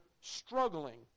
struggling